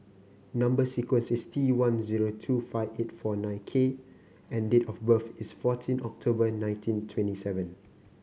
number sequence is T one zero two five eight four nine K and date of birth is fourteen October nineteen twenty seven